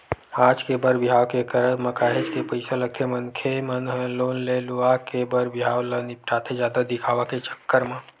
आज के बर बिहाव के करब म काहेच के पइसा लगथे मनखे मन ह लोन ले लुवा के बर बिहाव ल निपटाथे जादा दिखावा के चक्कर म